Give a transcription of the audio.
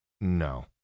no